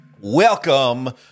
Welcome